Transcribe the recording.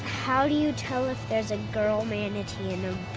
how do you tell if there's a girl manatee in